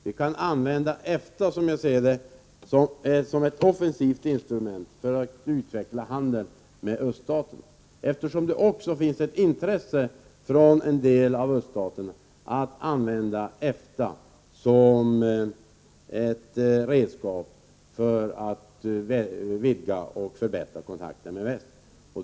Vi kan använda EFTA som ett offensivt instrument för att utveckla handeln med öststaterna, eftersom det också finns ett intresse från en del av öststaterna att använda EFTA som ett redskap för att vidga och förbättra kontakterna med väst.